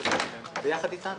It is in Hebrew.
כן, ביחד איתנו.